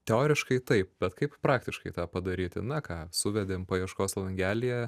teoriškai taip bet kaip praktiškai tą padaryti na ką suvedėm paieškos langelyje